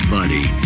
Buddy